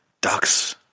Ducks